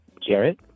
Jarrett